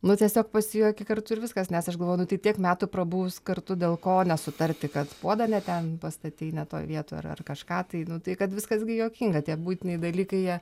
nu tiesiog pasijuoki kartu ir viskas nes aš galvoju nu tai tiek metų prabuvus kartu dėl ko nesutarti kad puodą ne ten pastatei ne toj vietoj ar ar kažką tai nu tai kad viskas gi juokinga tie buitiniai dalykai jie